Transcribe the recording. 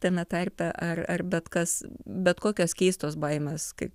tame tarpe ar ar bet kas bet kokios keistos baimės kaip